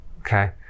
Okay